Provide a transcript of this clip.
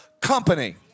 company